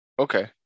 Okay